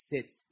sits